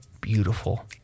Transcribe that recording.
beautiful